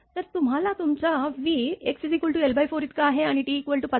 तर तुम्ही तुमचा V x l4 इतका आहे आणि t 5